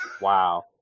Wow